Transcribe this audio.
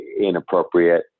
inappropriate